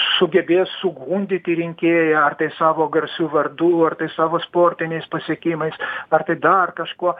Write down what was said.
sugebės sugundyti rinkėją ar tai savo garsiu vardu ar tais savo sportiniais pasiekimais ar tai dar kažkuo